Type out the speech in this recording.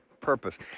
purpose